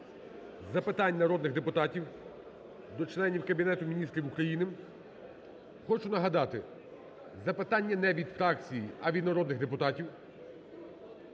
до запитань народних депутатів до членів Кабінету Міністрів України. Хочу нагадати, запитання не від фракцій, а від народних депутатів,